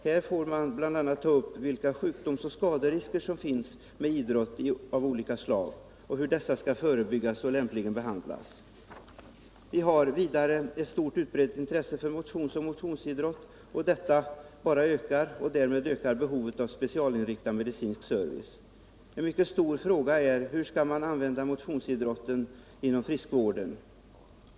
Där får man bl.a. ta upp vilka sjukdomsoch skaderisker som finns med idrott av olika slag och hur dessa skall förebyggas och lämpligen behandlas. Vi har vidare ett mycket utbrett intresse för motion och motionsidrott. Denna ökar, och därmed ökar behovet av specialinriktad medicinsk service. En mycket stor fråga är hur man skall använda motionsidrotten inom friskvården.